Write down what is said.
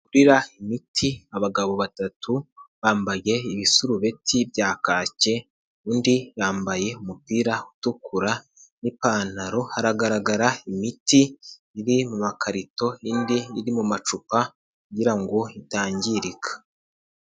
Bagurira imiti abagabo batatu bambaye ibisurubeti bya kake undi yambaye umupira utukura n'pantaro, hagaragara imiti iri mu makarito indi iri mu macupa kugira ngo itangirika.